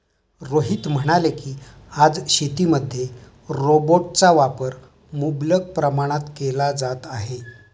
रोहित म्हणाले की, आज शेतीमध्ये रोबोटचा वापर मुबलक प्रमाणात केला जात आहे